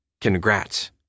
Congrats